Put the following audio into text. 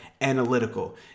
analytical